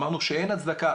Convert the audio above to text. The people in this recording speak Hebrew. אמרנו שאין הצדקה,